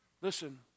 Listen